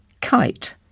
Kite